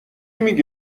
میگی